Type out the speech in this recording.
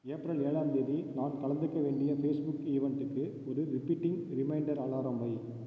April ஏழாம்தேதி நான் கலந்துக்க வேண்டிய ஃபேஸ்புக் ஈவெண்ட்டுக்கு ஒரு ரிபீட்டிங் ரிமைண்டர் அலாரம் வை